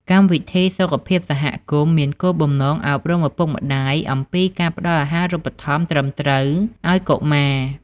កម្មវិធីសុខភាពសហគមន៍មានគោលបំណងអប់រំឪពុកម្តាយអំពីការផ្ដល់អាហាររូបត្ថម្ភត្រឹមត្រូវឱ្យកុមារ។